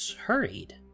hurried